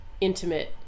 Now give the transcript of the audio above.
intimate